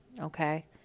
okay